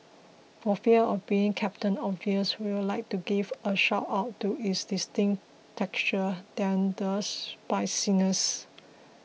for fear of being Captain Obvious we'd like to give a shout out to its distinct texture than the spiciness